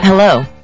Hello